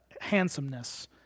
handsomeness